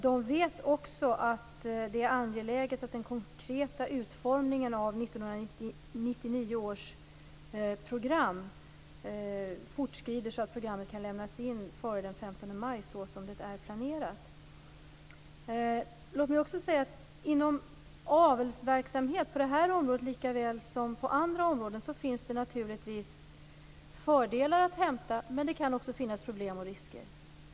Man vet också att det är angeläget att den konkreta utformningen av 1999 års program fortskrider så att programmet kan lämnas in före den 15 maj, såsom det är planerat. Inom avelsverksamhet på det här området - lika väl som på andra områden - finns det naturligtvis fördelar att hämta, men det kan också finnas problem och risker.